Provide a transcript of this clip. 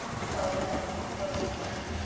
the spell of the dusk was broken for her.